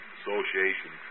association